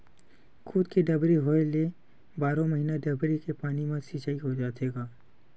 खुद के डबरी होए ले बारो महिना डबरी के पानी म सिचई हो जाथे गा